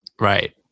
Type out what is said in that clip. Right